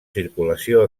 circulació